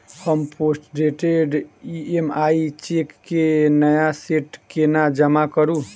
हम postdated EMI cheque केँ नया सेट केना जमा करू?